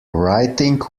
writing